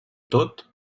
tot